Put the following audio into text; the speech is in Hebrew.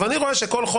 ואני רואה שנכנסים